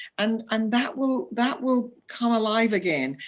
and and that will that will come alive again,